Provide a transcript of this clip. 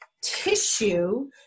tissue